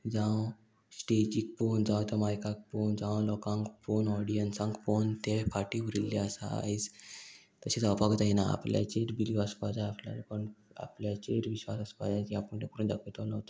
जावं स्टेजीक पोवन जावं त्या मायकाक पोवन जावं लोकांक पोवन ऑडियन्सांक पळोवन ते फाटी उरिल्ले आसा आयज तशें जावपाक जायना आपल्याचेर बिली वसपा जाय आपल्या लोकांक आपल्याचेर विश्वास आसपा जाय जी आपूण ते कोण दाखयतलोच